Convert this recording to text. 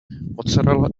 mozzarella